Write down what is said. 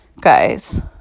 guys